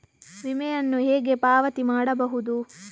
ವಿಮೆಯನ್ನು ಹೇಗೆ ಪಾವತಿ ಮಾಡಬಹುದು?